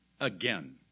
again